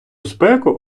спеку